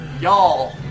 y'all